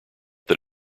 that